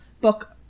book